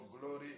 glory